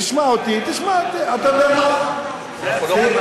דווקא את לבנון אתה מביא כדוגמה?